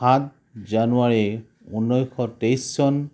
সাত জানুৱাৰী ঊনৈছশ তেইছ চন